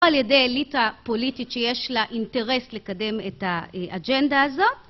על ידי אליטה פוליטית שיש לה אינטרס לקדם את האג'נדה הזאת...